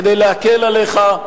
כדי להקל עליך,